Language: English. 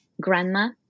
grandma